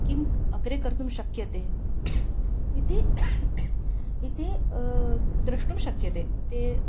किम् अग्रे कर्तुं शक्यते इति इति द्रष्टुं शक्यते ते